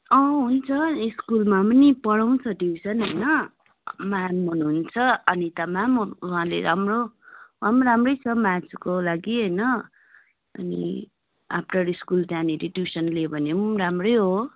अँ हुन्छ स्कुलमा पनि पढाउँछ ट्युसन होइन म्याम हुनुहुन्छ अनिता म्याम उहाँले राम्रो उहाँ नि राम्रै छ म्याथको लागि होइन अनि आफ्टर स्कुल त्यहाँनिर ट्युसन लियो भने पनि राम्रै हो